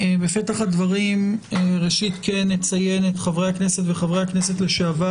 בפתח הדברים נציין את חברי הכנסת וחברי הכנסת לשעבר